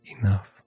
enough